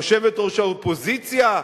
יושבת-ראש האופוזיציה,